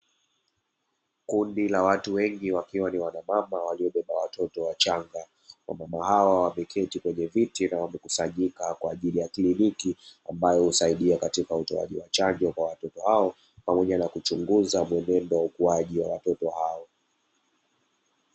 Kundi la watu wengi wakiwa ni wanamama waliobeba watoto wachanga. Wamama hawa wameketi kwenye viti na wamekusanyika kwa ajili ya kliniki ambayo husaidia katika utoaji wa chanjo kwa watoto hao pamoja na kuchunguza mwenendo wa ukuaji wa watoto hao.